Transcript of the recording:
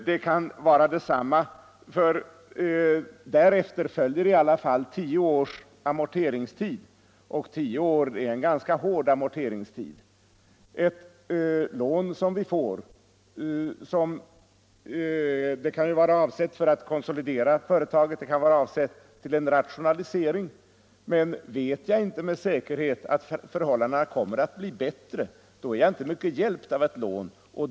Det kan emellertid vara detsamma, för därefter följer i alla fall tio års amorteringstid, vilket är en ganska hård amorteringstid. Ett lån kan vara avsett för konsolidering av företaget eller till en rationalisering. Men vet man inte med säkerhet att förhållandena kommer att bli bättre, är man inte mycket hjälpt av ett lån.